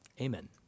Amen